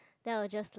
then I will just like